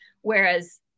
Whereas